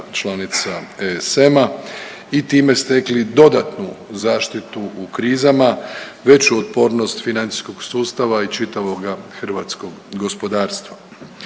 članica ESM-a i time stekli dodatnu zaštitu u krizama, veću otpornost financijskog sustava i čitavoga hrvatskog gospodarstva.